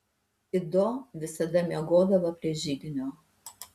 ido visada miegodavo prie židinio